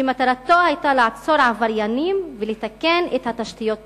שמטרתו היתה לעצור עבריינים ולתקן את התשתיות במקום.